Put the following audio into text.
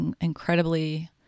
incredibly